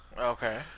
Okay